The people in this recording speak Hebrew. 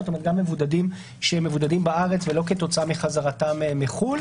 זאת אומרת גם מבודדים שהם מבודדים בארץ ולא כתוצאה מחזרתם מחו"ל.